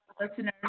listeners